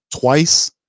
twice